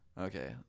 Okay